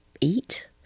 eat